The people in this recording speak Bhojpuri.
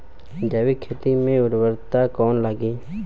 जैविक खेती मे उर्वरक कौन लागी?